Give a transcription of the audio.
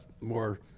more